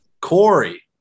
Corey